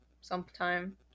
sometime